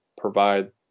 provide